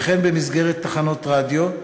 וכן במסגרת תחנות רדיו,